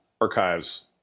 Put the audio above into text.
archives